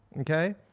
okay